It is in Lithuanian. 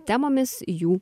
temomis jų